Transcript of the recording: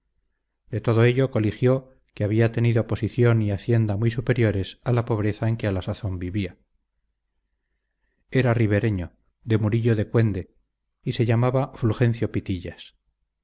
de todo ello coligió que había tenido posición y hacienda muy superiores a la pobreza en que a la sazón vivía era ribereño de murillo el cuende y se llamaba fulgencio pitillas